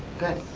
good.